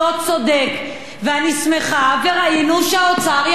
אני שמחה, וראינו שהאוצר יכול לשנות חוקים.